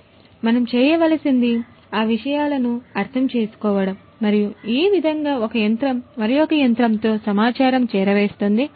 కాబట్టి మనం చేయవలసింది ఆ విషయాలను అర్థం చేసుకోవడం మరియు ఏ విధముగా ఒక యంత్రము మరియొక యంత్రము తో సమాచారము చేరవేస్తుంది